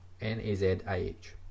N-A-Z-I-H